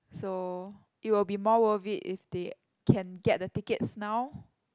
so it will be more worth it if they can get the tickets now